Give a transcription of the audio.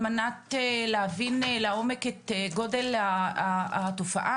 על מנת להבין לעומק את גודל התופעה.